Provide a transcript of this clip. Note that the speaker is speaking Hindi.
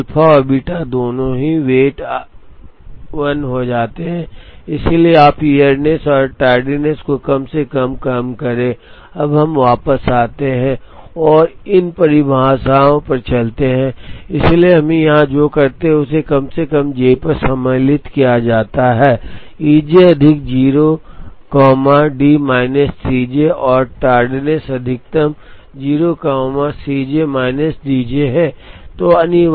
तो अल्फा और बीटा दोनों ही वेट 1 हो जाते हैं इसलिए आप इयरनेस और टैर्डनेस को कम से कम करें अब हम वापस आते हैं और इन परिभाषाओं पर चलते हैं इसलिए हम यहाँ जो करते हैं उसे कम से कम j पर सम्मिलित किया जाता है E j अधिकतम 0 कॉमा डी माइनस है C j और टार्डनेस अधिकतम 0 comma C j minus D j है